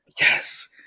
Yes